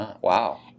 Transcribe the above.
Wow